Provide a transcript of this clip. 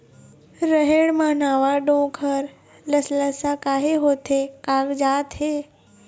रहेड़ म नावा डोंक हर लसलसा काहे होथे कागजात हे?